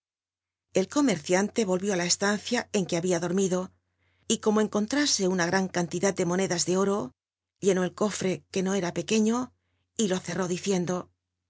el comerciante ohió á la estancia en que habia dormido y como encontrase una gran cantidad de monedas de oro llenó el corre que no era pequciio y lo cerró